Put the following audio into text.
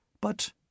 But